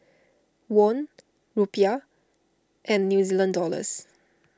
Won Rupiah and New Zealand Dollars